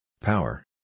Power